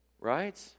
Right